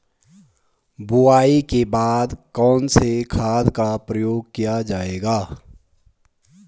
बुआई के बाद कौन से खाद का प्रयोग किया जायेगा?